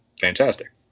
fantastic